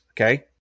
okay